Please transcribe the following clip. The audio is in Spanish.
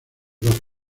dos